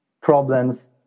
problems